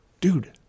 dude